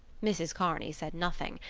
mrs. kearney said nothing,